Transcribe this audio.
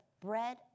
bread